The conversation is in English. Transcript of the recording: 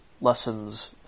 lessons